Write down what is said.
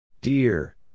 Dear